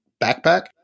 backpack